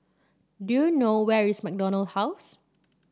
do you know where is MacDonald House